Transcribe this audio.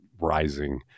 rising